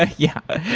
like yeah.